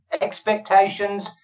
expectations